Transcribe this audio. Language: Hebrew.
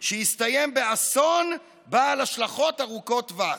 שהסתיים באסון בעל השלכות ארוכות טווח.